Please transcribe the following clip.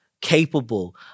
capable